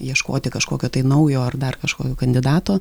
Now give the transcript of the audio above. ieškoti kažkokio tai naujo ar dar kažkokio kandidato